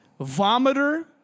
Vomiter